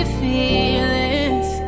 feelings